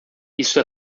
isto